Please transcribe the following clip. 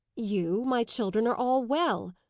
you, my children, are all well,